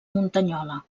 muntanyola